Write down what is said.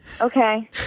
okay